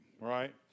right